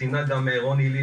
ציינה גם תומר לי,